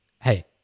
hey